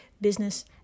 business